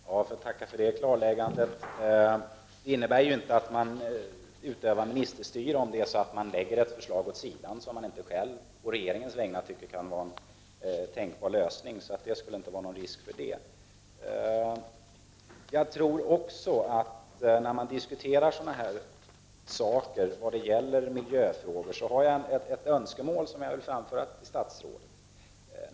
Herr talman! Tack för det klarläggandet. Det innebär ju inte att statsrådet utövar ministerstyre om hon lägger åt sidan ett förslag som hon inte anser vara godtagbart. Jag skulle vilja framföra ett önskemål till statsrådet.